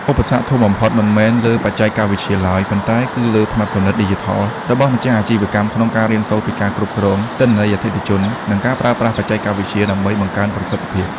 ឧបសគ្គធំបំផុតមិនមែនលើបច្ចេកវិទ្យាឡើយ ប៉ុន្តែគឺលើ ផ្នត់គំនិតឌីជីថល របស់ម្ចាស់អាជីវកម្មក្នុងការរៀនសូត្រពីការគ្រប់គ្រង ទិន្នន័យអតិថិជន និងការប្រើប្រាស់បច្ចេកវិទ្យាដើម្បីបង្កើនប្រសិទ្ធភាព។